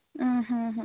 ಊಂ ಹ್ಞೂ ಹ್ಞೂ